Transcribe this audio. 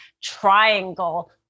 triangle